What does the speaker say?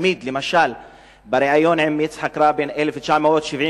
למשל יצחק רבין אמר בריאיון ב-1974: